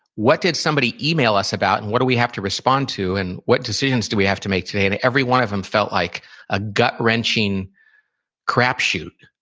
what did somebody email us about, and what do we have to respond to? and what decisions do we have to make today? and every one of them felt like a gut-wrenching crapshoot,